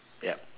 yup